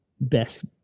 best